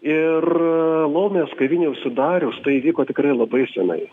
ir laumės kavinei užsidarius tai įvyko tikrai labai senai